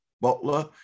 Butler